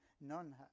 none